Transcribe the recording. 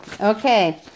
Okay